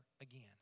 again